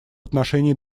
отношении